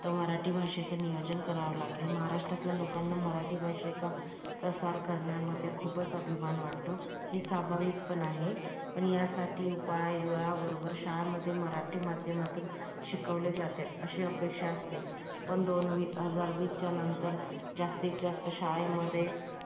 तर मराठी भाषेचं नियोजन करावं लागेल महाराष्ट्रातल्या लोकांना मराठी भाषेचा प्रसार करण्यामध्ये खूपच अभिमान वाटतो ही स्वाभाविक पण आहे पण यासाठी उपायाबरोबर शाळेमध्ये मराठी माध्यमातून शिकवले जाते अशी अपेक्षा असते पन दोन वी हजार वीसच्या नंतर जास्तीत जास्त शाळेमध्ये